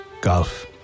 golf